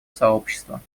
сообщества